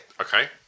Okay